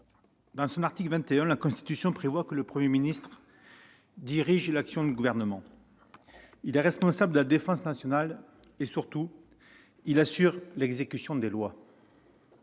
de l'article 21 de la Constitution, « le Premier ministre dirige l'action du Gouvernement. Il est responsable de la Défense nationale. Il assure l'exécution des lois.